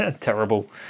Terrible